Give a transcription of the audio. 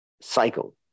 cycle